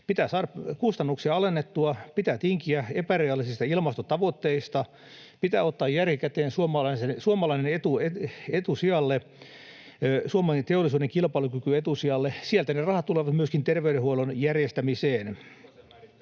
Pitää saada kustannuksia alennettua, pitää tinkiä epärealistisista ilmastotavoitteista, pitää ottaa järki käteen, suomalainen etusijalle, suomalaisen teollisuuden kilpailukyky etusijalle. Sieltä ne rahat tulevat myöskin terveydenhuollon järjestämiseen.